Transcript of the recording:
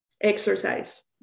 Exercise